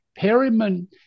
Perryman